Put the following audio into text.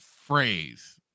phrase